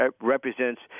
represents